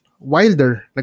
Wilder